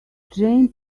train